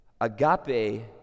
agape